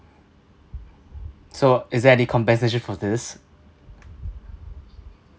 so is there any compensation for this